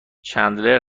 چندلر